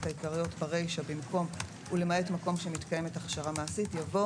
העיקריות (1) ברישה במקום "ולמעט מקום שמתקיימת הכשרה מעשית" יבוא